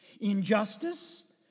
Injustice